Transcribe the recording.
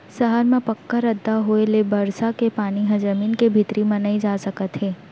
सहर म पक्का रद्दा होए ले बरसा के पानी ह जमीन के भीतरी म नइ जा सकत हे